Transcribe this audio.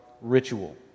ritual